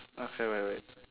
okay wait wait